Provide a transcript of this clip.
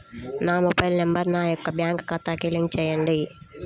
నా mobile number నా యొక్క బ్యాంక్ ఖాతాకి లింక్ చేయండీ?